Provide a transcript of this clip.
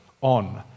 on